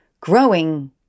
growing